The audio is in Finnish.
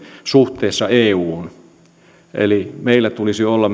suhteessa euhun pohjoismailla tulisi olla